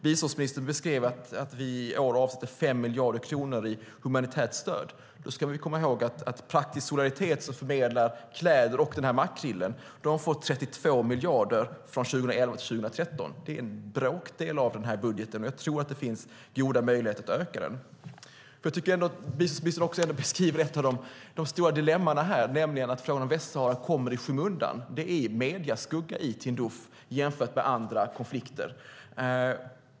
Biståndsministern beskrev att vi i år avsätter 5 miljarder kronor i humanitärt stöd. Då ska vi komma ihåg att Praktisk Solidaritet, som förmedlar kläder och den makrill vi har pratat om, har fått 32 miljoner kronor från 2011 till 2013. Det är en bråkdel av den här budgeten, och jag tror att det finns goda möjligheter att öka den. Jag tycker att biståndsministern beskriver ett av de stora dilemman, nämligen att frågan om Västsahara kommer i skymundan. Det är medieskugga i Tindouf jämfört med andra konflikter.